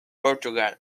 portugal